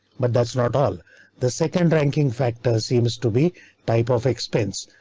but that's not all the second ranking factor seems to be type of expense.